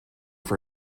for